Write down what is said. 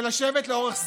ולשבת לאורך זמן,